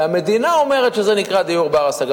שהמדינה אומרת שזה שנקרא "דיור בר-השגה",